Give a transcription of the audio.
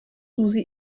susi